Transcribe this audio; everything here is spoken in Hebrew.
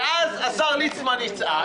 ואז השר ליצמן יצעק,